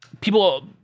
people